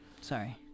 Sorry